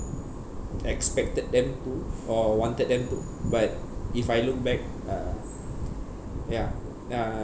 expected them to or wanted them to but if I look back uh ya uh